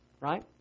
Right